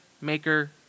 maker